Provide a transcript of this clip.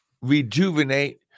rejuvenate